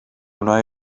wna